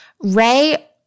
Ray